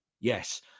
yes